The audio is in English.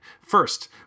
First